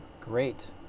Great